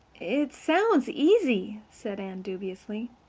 it sounds easy, said anne dubiously.